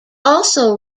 also